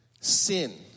sin